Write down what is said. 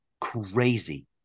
crazy